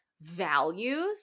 values